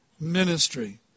ministry